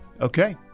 Okay